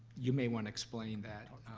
you may want to explain that.